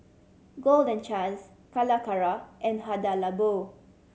Golden Chance Calacara and Hada Labo